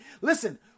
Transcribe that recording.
listen